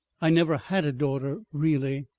i never had a daughter really.